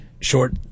Short